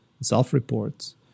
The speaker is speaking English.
self-reports